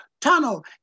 tunnel